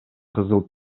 кызыл